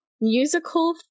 musical